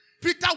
Peter